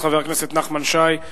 חבר הכנסת נחמן שי.